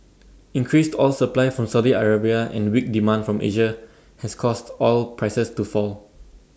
increased oil supply from Saudi Arabia and weak demand from Asia has caused oil prices to fall